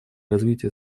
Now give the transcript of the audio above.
развития